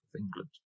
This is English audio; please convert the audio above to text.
England